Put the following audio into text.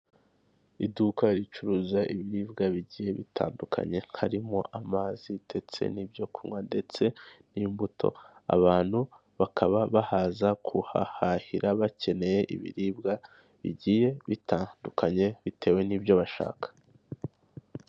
Iduka ricuruza ibiribwa bigiye bitandukanye harimo amazi ndetse n'ibyo kunywa ndetse n'imbuto, abantu bakaba bahaza kuhahahira bakeneye ibiribwa bigiye bitandukanye bitewe n'ibyo bashaka.